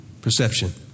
perception